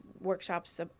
workshops